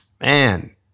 Man